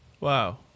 Wow